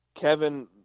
Kevin